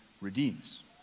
redeems